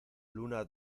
luna